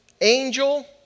angel